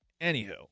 Anywho